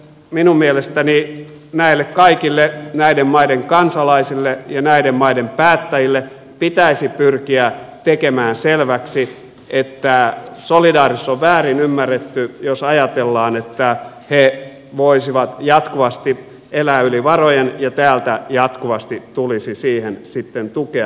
minun mielestäni näille kaikille näiden maiden kansalaisille ja näiden maiden päättäjille pitäisi pyrkiä tekemään selväksi että solidaarisuus on väärin ymmärretty jos ajatellaan että he voisivat jatkuvasti elää yli varojen ja täältä jatkuvasti tulisi siihen sitten tukea